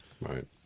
right